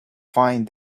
fine